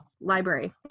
library